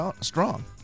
strong